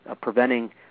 preventing